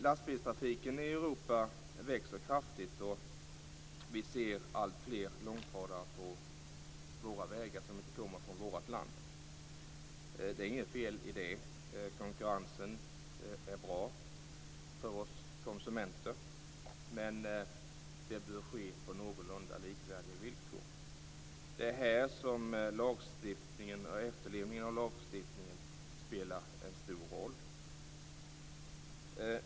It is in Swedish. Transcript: Lastbilstrafiken i Europa växer kraftigt, och vi ser alltfler långtradare på våra vägar som inte kommer från vårt land. Det är inget fel i det; konkurrensen är bra för oss konsumenter, men den bör ske på någorlunda likvärdiga villkor. Det är här som efterlevnaden av lagstiftningen spelar en stor roll.